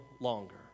longer